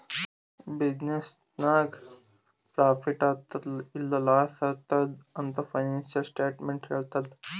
business ನಾಗ್ profit ಆತ್ತುದ್ ಇಲ್ಲಾ ಲಾಸ್ ಆತ್ತುದ್ ಅಂತ್ ಫೈನಾನ್ಸಿಯಲ್ ಸ್ಟೇಟ್ಮೆಂಟ್ ಹೆಳ್ತುದ್